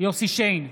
יוסף שיין,